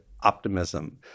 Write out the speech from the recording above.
optimism